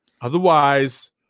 Otherwise